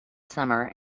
summer